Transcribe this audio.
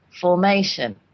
formation